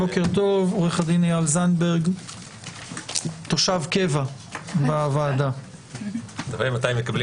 כפי שאמרנו בפתח הדברים, אני מתייחס